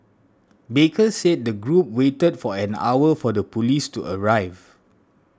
baker said the group waited for an hour for the police to arrive